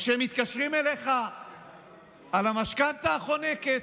או שמתקשרים אליך על המשכנתה החונקת.